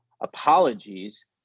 apologies